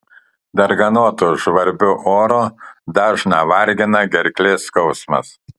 darganotu žvarbiu oru dažną vargina gerklės skausmas